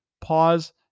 pause